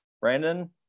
Brandon